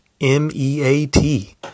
M-E-A-T